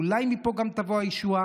אולי גם מפה תבוא הישועה.